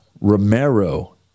romero